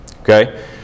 okay